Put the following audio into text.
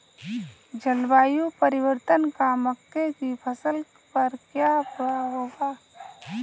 जलवायु परिवर्तन का मक्के की फसल पर क्या प्रभाव होगा?